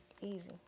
Easy